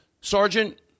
Sergeant